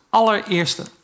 allereerste